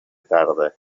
tarda